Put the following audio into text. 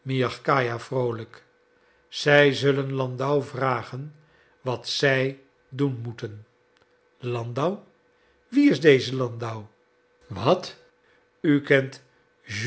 miagkaja vroolijk zij zullen landau vragen wat zij doen moeten landau wie is deze landau wat u kent